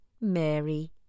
Mary